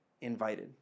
invited